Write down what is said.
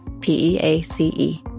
P-E-A-C-E